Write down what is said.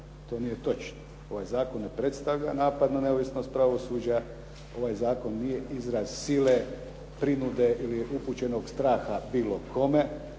To nije točno. Ovaj zakon ne predstavlja napad na neovisnost pravosuđa, ovaj zakon nije izraz sile, prinude ili upućenog straha bilo kome.